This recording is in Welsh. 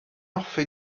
hoffi